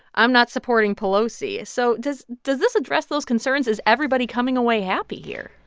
i'm not supporting pelosi. so does does this address those concerns? is everybody coming away happy here?